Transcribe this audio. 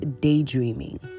daydreaming